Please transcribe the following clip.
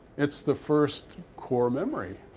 it's the first core memory.